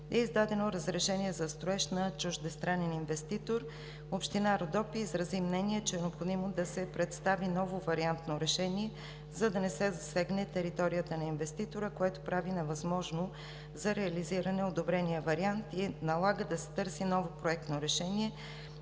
е издадено разрешение за строеж на чуждестранен инвеститор. Община Родопи изрази мнение, че е необходимо да се представи ново вариантно решение, за да не се засегне територията на инвеститора, което прави невъзможен за реализиране одобрения вариант и налага да се търси ново проектно решение,